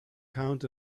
count